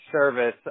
service